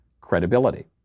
credibility